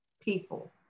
people